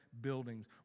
buildings